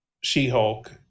She-Hulk